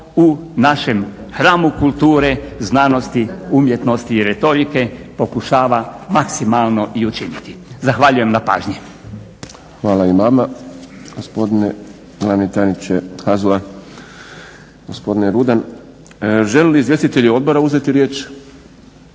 u našem hramu kulture, znanosti, umjetnosti i retorike pokušava maksimalno i učiniti. Zahvaljujem na pažnji. **Šprem, Boris (SDP)** Hvala i vama gospodine Glavni tajniče HAZU-a, gospodine Rudan. Žele li izvjestitelji odbora uzeti riječ?